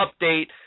update